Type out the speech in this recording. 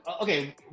okay